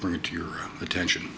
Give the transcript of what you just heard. bring it to your attention